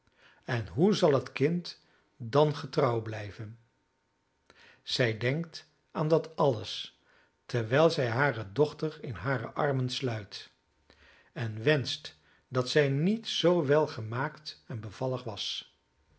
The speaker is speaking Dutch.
en hoe zal het kind dan getrouw blijven zij denkt aan dat alles terwijl zij hare dochter in hare armen sluit en wenscht dat zij niet zoo welgemaakt en bevallig was